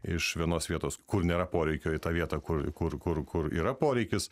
iš vienos vietos kur nėra poreikio į tą vietą kur kur kur kur yra poreikis